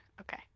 Okay